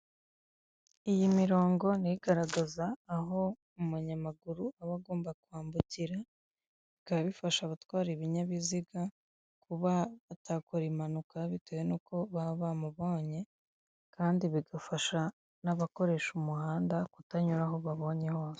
Iyi mirongo nayo igaragaza aho umunyamaguru aba agomba kwambukira, bikaba bifasha abatwara ibinyabiziga kuba batakora impanuka bitewe n'uko baba bamubonye kandi bigafasha n'abakoresha umuhanda kutanyura aho babonye hose.